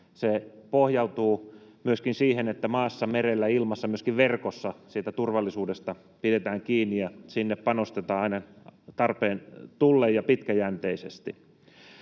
Se pohjautuu myöskin siihen, että maassa, merellä, ilmassa ja myöskin verkossa turvallisuudesta pidetään kiinni ja sinne panostetaan aina tarpeen tullen ja pitkäjänteisesti.